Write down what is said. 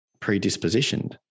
predispositioned